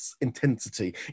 intensity